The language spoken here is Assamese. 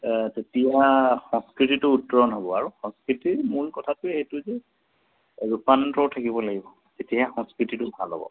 তেতিয়া সংস্কৃতিটো উত্তৰণ হ'ব আৰু সংস্কৃতিৰ মূল কথাটোৱে সেইটো যে ৰূপান্তৰ থাকিব লাগিব তেতিয়াহে সংস্কৃতিটো ভাল হ'ব